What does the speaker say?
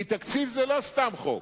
כי תקציב הוא לא סתם חוק,